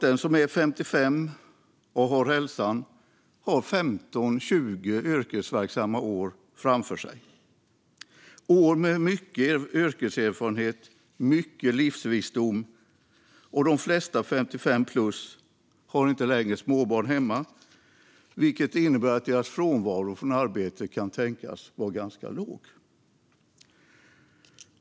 Den som är 55 och har hälsan har 15-20 yrkesverksamma år framför sig, år med mycket yrkeserfarenhet och mycket livsvisdom. De flesta 55-plussare har inte längre småbarn hemma, vilket innebär att deras frånvaro från arbetet kan tänkas vara ganska låg.